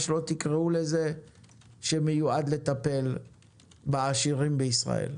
מה שלא תקראו לזה שמיועד לטפל בעשירים בישראל.